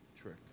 trick